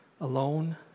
alone